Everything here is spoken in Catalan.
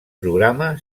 programa